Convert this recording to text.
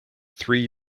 three